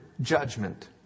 judgment